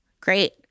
Great